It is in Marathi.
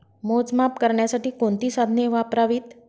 मोजमाप करण्यासाठी कोणती साधने वापरावीत?